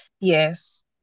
Yes